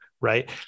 right